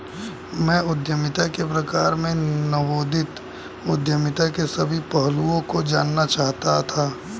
मैं उद्यमिता के प्रकार में नवोदित उद्यमिता के सभी पहलुओं को जानना चाहता था